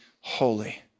holy